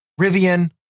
Rivian